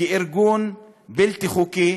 כארגון בלתי חוקי